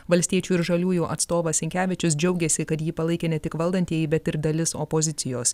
valstiečių ir žaliųjų atstovas sinkevičius džiaugėsi kad jį palaikė ne tik valdantieji bet ir dalis opozicijos